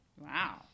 wow